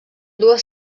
dues